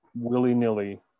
willy-nilly